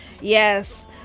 Yes